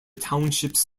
townships